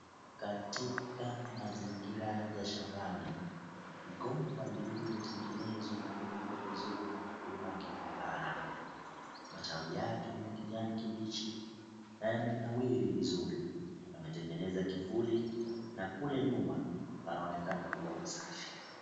Katika mazingira ya shambani. Migomba iliyotengenezwa na kulindwa vizuri na mkulima inaonekana. Matawi yake ni ya kijani kibichi na yamenawiri vizuri. Yametengeneza kivuli na kule nyuma panaonekana kuwa pasafi.